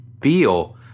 feel